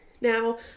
Now